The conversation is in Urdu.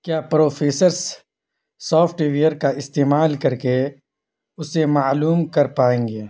کیا پروفیسرس سافٹ ویئر کا استعمال کر کے اسے معلوم کر پائیں گے